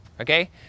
Okay